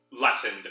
lessened